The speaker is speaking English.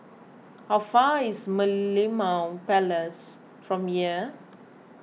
how far away is Merlimau Palace from here